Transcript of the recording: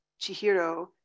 Chihiro